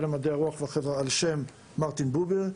למדעי הרוח והחברה על-שם מרטין בובר.